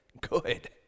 good